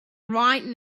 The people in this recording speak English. right